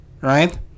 right